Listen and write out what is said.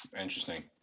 Interesting